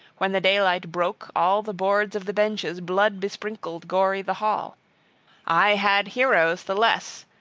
when the daylight broke, all the boards of the benches blood-besprinkled, gory the hall i had heroes the less,